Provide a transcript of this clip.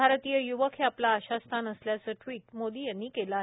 भारतीय य्वक हे आपलं आशास्थान असल्याचं ट्वीट मोदी यांनी केले आहे